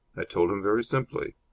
i told him very simply.